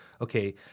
okay